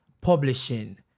publishing